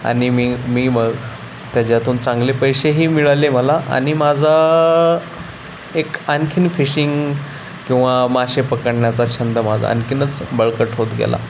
आणि मी मी मग त्याच्यातून चांगले पैसेही मिळाले मला आणि माझा एक आणखीन फिशिंग किंवा मासे पकडण्याचा छंद माझा आणखीनच बळकट होत गेला